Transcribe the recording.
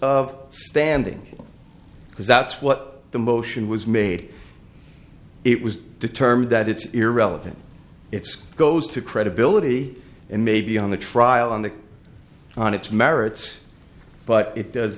of standing because that's what the motion was made it was determined that it's irrelevant it's goes to credibility and maybe on the trial on the on its merits but it does